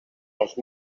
els